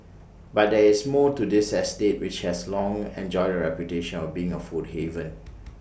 but there is more to this estate which has long enjoyed A reputation of being A food haven